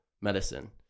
medicine